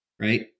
right